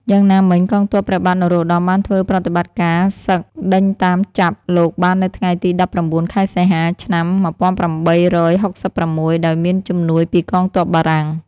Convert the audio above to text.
យ៉ាងណាមិញ កងទ័ពព្រះបាទនរោត្តមបានធ្វើប្រតិបត្តិការសឹកដេញតាមចាប់លោកបាននៅថ្ងៃទី ១៩ ខែសីហា ឆ្នាំ ១៨៦៦ំដោយមានជំនួយពីកងទ័ពបារាំង ។